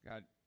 God